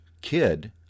kid